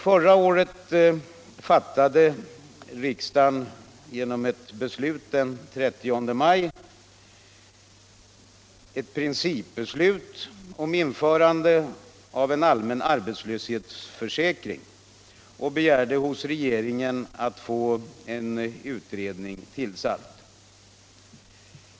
Den 30 maj förra året fattade riksdagen ett principbeslut om införande av en allmän arbetslöshetsförsäkring och begärde hos regeringen att få en utredning tillsatt.